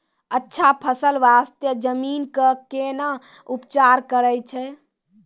अच्छा फसल बास्ते जमीन कऽ कै ना उपचार करैय छै